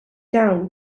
down